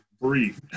breathe